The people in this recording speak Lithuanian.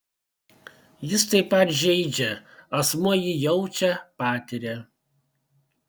jis taip pat žeidžia asmuo jį jaučia patiria